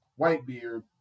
Whitebeard